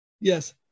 Yes